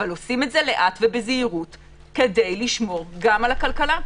אבל עושים זאת לאט ובזהירות כדי לשמור גם על הכלכלה.